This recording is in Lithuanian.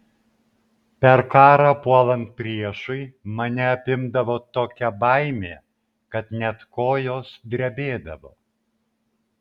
per karą puolant priešui mane apimdavo tokia baimė kad net kojos drebėdavo